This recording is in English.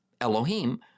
Elohim